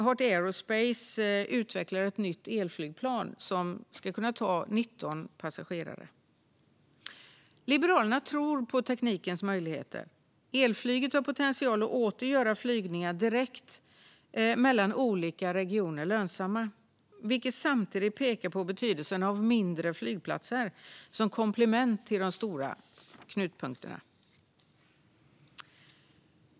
Heart Aerospace utvecklar ett nytt elflygplan som ska kunna ta 19 passagerare. Liberalerna tror på teknikens möjligheter. Elflyget har potential att åter göra flygningar direkt mellan olika regioner lönsamma, vilket samtidigt pekar på betydelsen av mindre flygplatser som komplement till de stora knutpunkterna.